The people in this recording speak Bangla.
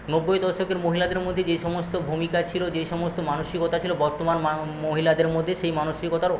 নব্বই দশকের মহিলাদের মধ্যে যেই সমস্ত ভূমিকা ছিল যেই সমস্ত মানসিকতা ছিল বর্তমান মা মহিলাদের মধ্যে সেই মানসিকতার